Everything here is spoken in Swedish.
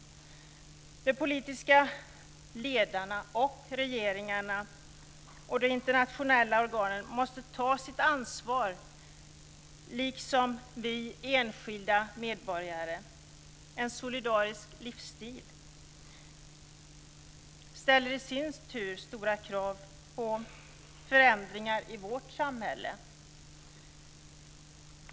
De politiska ledarna, regeringarna och de internationella organen måste ta sitt ansvar liksom vi enskilda medborgare. En solidarisk livsstil ställer i sin tur stora krav på förändringar i vårt samhälle.